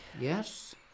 Yes